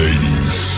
Ladies